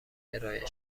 ارائه